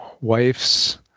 wife's